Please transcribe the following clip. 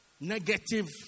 negative